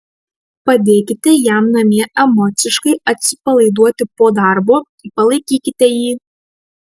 padėkite jam namie emociškai atsipalaiduoti po darbo palaikykite jį